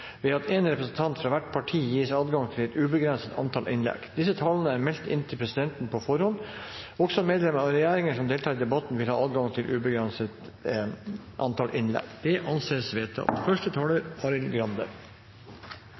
ved at én representant fra hvert parti gis adgang til et ubegrenset antall innlegg. Disse talerne er meldt inn til presidenten på forhånd. Også medlemmer av regjeringen som deltar i debatten, vil ha adgang til et ubegrenset antall innlegg. – Det anses vedtatt.